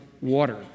water